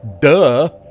Duh